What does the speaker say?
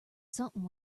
something